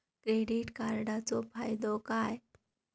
Credit कार्डाचो फायदो काय?